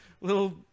little